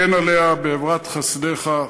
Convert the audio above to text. הגן עליה באברת חסדך,